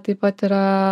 taip pat yra